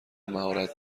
مهارت